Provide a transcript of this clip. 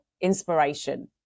inspiration